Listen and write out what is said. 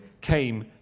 came